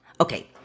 Okay